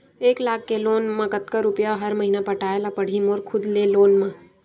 एक लाख के लोन मा कतका रुपिया हर महीना पटाय ला पढ़ही मोर खुद ले लोन मा?